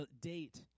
Date